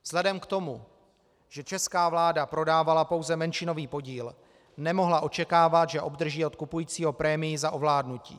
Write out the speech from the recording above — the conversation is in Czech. Vzhledem k tomu, že česká vláda prodávala pouze menšinový podíl, nemohla očekávat, že obdrží od kupujícího prémii za ovládnutí.